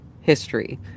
history